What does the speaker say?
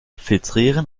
filtrieren